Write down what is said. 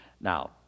Now